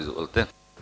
Izvolite.